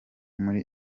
muri